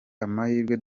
amahirwe